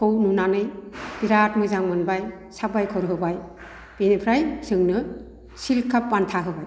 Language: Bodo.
खौ नुनानै बिराद मोजां मोनबाय साबायखर होबाय बेनिफ्राय जोंनो सिलकाप बान्था होबाय